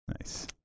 Nice